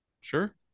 Sure